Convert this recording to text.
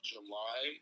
July